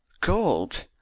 Gold